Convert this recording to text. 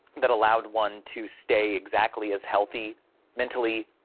that allowed one to stay exactly as healthy mentally,